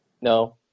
No